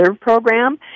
Program